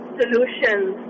solutions